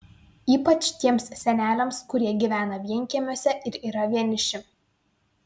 ypač tiems seneliams kurie gyvena vienkiemiuose ir yra vieniši